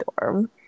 dorm